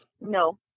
No